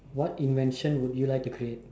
what invention would you like to create